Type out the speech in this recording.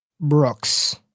Brooks